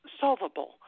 solvable